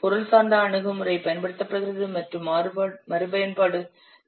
பொருள் சார்ந்த அணுகுமுறை பயன்படுத்தப்படுகிறது மற்றும் மறுபயன்பாடு